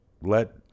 let